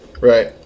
Right